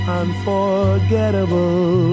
unforgettable